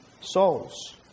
souls